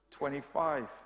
25